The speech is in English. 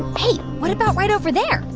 hey, what about right over there?